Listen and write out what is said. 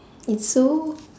it's so